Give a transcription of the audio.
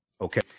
Okay